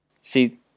See